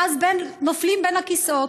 ואז חיילי צה"ל נופלים בין הכיסאות,